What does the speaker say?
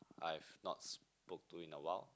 I have not spoke to in a while